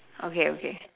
okay okay